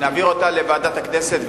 נעביר אותה לוועדת הכנסת,